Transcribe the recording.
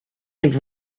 and